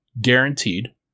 guaranteed